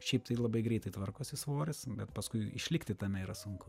šiaip tai labai greitai tvarkosi svoris bet paskui išlikti tame yra sunku